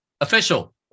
official